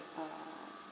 uh